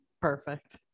Perfect